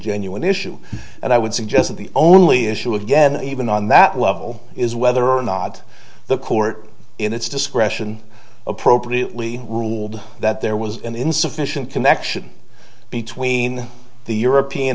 genuine issue and i would suggest that the only issue again even on that level is whether or not the court in its discretion appropriately ruled that there was insufficient connection between the european